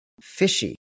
fishy